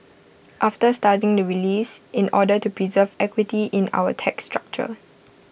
after studying the reliefs in order to preserve equity in our tax structure